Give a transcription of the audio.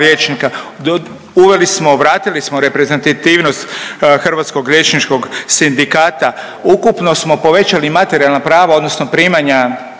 uveli smo, vratili smo reprezentativnost Hrvatskog liječničkog sindikata, ukupno smo povećali materijalna prava odnosno primanja,